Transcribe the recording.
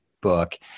book